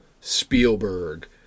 Spielberg